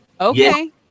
Okay